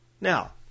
now